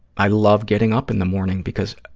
i love getting up in the morning because